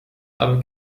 aber